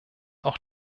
auch